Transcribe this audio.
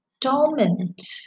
torment